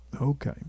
okay